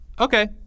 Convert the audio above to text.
Okay